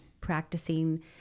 practicing